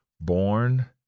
Born